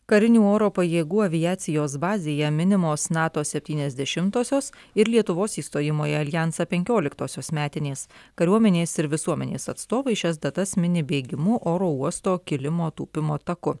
karinių oro pajėgų aviacijos bazėje minimos nato septyniasdešimtosios ir lietuvos įstojimo į aljansą penkioliktosios metinės kariuomenės ir visuomenės atstovai šias datas mini bėgimu oro uosto kilimo tūpimo taku